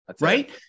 Right